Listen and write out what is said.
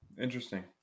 Interesting